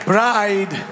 Bride